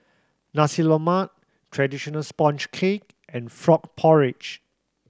Nasi Lemak traditional sponge cake and frog porridge